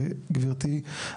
גברתי,